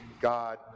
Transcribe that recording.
God